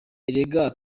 erega